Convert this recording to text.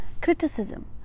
criticism